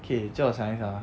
K 这我想一想 ah